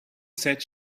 said